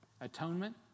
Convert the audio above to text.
atonement